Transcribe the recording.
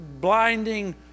blinding